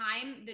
time